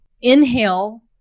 inhale